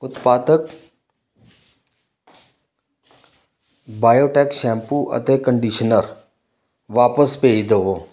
ਉਤਪਾਦ biotic shampoo ਅਤੇ conditioner ਵਾਪਸ ਭੇਜ ਦੇਵੋ